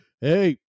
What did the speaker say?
hey